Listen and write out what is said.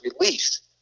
released